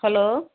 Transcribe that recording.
hello